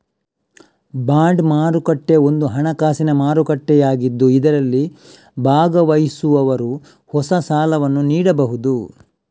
bond ಮಾರುಕಟ್ಟೆ ಒಂದು ಹಣಕಾಸಿನ ಮಾರುಕಟ್ಟೆಯಾಗಿದ್ದು ಇದರಲ್ಲಿ ಭಾಗವಹಿಸುವವರು ಹೊಸ ಸಾಲವನ್ನು ನೀಡಬಹುದು